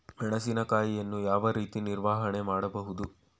ಮೆಣಸಿನಕಾಯಿಯನ್ನು ಯಾವ ರೀತಿ ನಿರ್ವಹಣೆ ಮಾಡಬಹುದು?